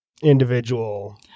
Individual